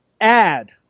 add